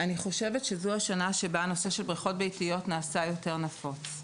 אני חושבת שזו השנה שבה הנושא של בריכות ביתיות נעשה נפוץ יותר.